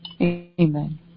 Amen